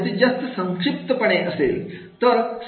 हे जास्तीत जास्त संक्षिप्त संक्षिप्तपणे असेल